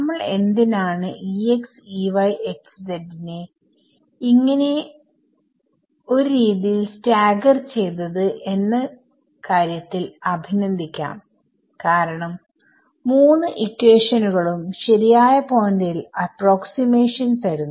നമ്മൾ എന്തിനാണ് നെ ഇങ്ങനെ ഒരു രീതിയിൽ സ്റ്റാഗർ ചെയ്തത് എന്ന കാര്യത്തിൽ അഭിനന്ദിക്കാം കാരണം മൂന്ന് ഇക്വേഷനുകളും ശരിയായ പോയിന്റിൽ അപ്രോക്സിമേഷൻ തരുന്നു